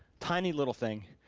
tiny little thing.